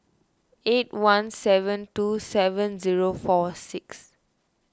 eight one seven two seven zero four six